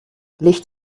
licht